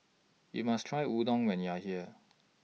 YOU must Try Udon when YOU Are here